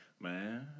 Man